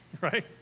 right